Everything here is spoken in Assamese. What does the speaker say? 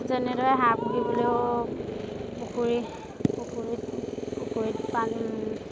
যেনেদৰে হাঁহ পুহিবলৈও পুখুৰী পুখুৰীত পুখুৰীত পানী